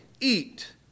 eat